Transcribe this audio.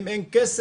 אם אין כסף,